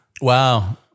Wow